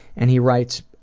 and he writes,